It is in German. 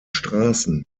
straßen